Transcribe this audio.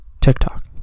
TikTok